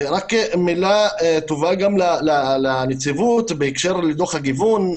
מילה טובה גם לנציבות בהקשר לדוח הגיוון,